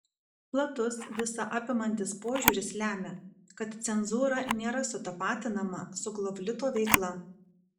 platus visa apimantis požiūris lemia kad cenzūra nėra sutapatinama su glavlito veikla